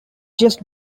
just